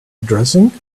addressing